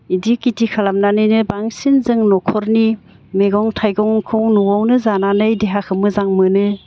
इदि खिथि खालामनानैनो बांसिन जों न'खरनि मैगं थाइगंखौ न'आवनो जानानै देहाखौ मोजां मोनो